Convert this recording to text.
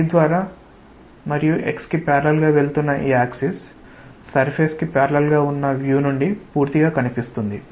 C ద్వారా మరియు x కి ప్యారలల్ గా వెళుతున్న ఈ యాక్సిస్ సర్ఫేస్ కి ప్యారలల్ గా ఉన్న వ్యూ నుండి పూర్తిగా కనిపిస్తుంది